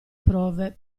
prove